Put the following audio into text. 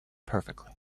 perfectly